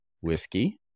whiskey